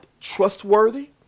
trustworthy